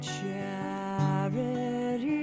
charity